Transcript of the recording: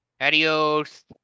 Adios